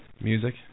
Music